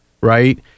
right